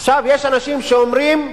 עכשיו יש אנשים שאומרים,